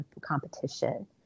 competition